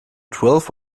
twelve